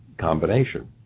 combination